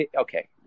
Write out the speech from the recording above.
okay